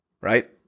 right